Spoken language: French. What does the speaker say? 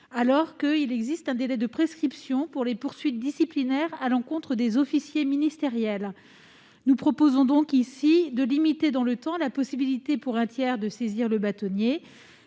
pourtant un délai de prescription pour les poursuites disciplinaires à l'encontre des officiers ministériels. Nous proposons de limiter dans le temps la possibilité pour un tiers de saisir le bâtonnier.